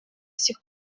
сих